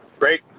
Great